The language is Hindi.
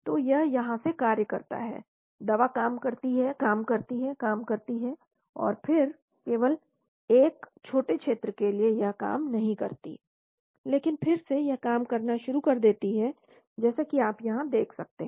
तो यह यहां से कार्य करता है दवा काम करती है काम करती है काम करती है और फिर केवल एक छोटे क्षेत्र के लिए यह काम नहीं करती है लेकिन फिर से यह काम करना शुरू कर देती है जैसा कि आप यहां देख सकते हैं